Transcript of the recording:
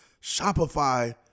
Shopify